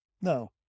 No